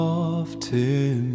often